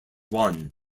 one